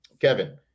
Kevin